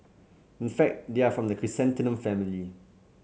in fact they are from the chrysanthemum family